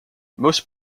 most